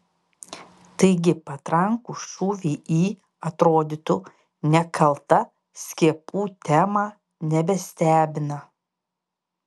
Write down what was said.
taigi patrankų šūviai į atrodytų nekaltą skiepų temą nebestebina